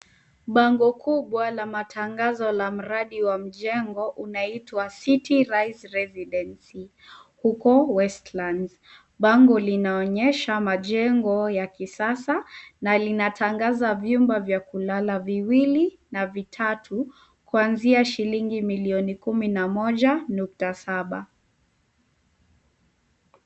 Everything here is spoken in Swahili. Bango kubwa la matangazo la mradi wa mjengo unaitwa city rise residency huko Westlands. Bango linaonyesha majengo ya kisasa na linatangaza vyumba vya kulala viwili na vitatu kuanzia shilingi milioni kumi na moja nukta saba.